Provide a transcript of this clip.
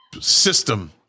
system